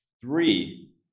Three